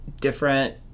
different